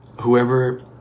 Whoever